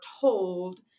told